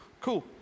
Cool